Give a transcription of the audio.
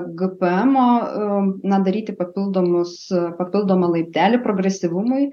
gpėmo na daryti papildomus papildomą laiptelį progresyvumui